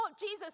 Jesus